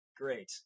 great